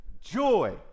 joy